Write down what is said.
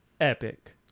epic